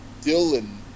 Dylan